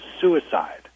Suicide